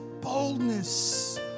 boldness